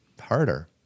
harder